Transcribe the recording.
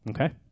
Okay